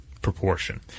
proportion